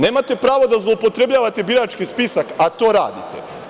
Nemate pravo da zloupotrebljavate birački spisak,a to radite.